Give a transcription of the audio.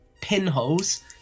pinholes